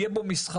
יהיה בו מסחר,